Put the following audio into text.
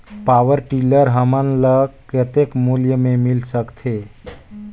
Power tiller हमन ल कतेक मूल्य मे मिल सकथे?